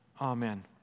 amen